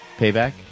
Payback